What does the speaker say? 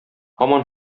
һаман